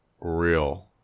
real